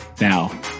now